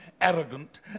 arrogant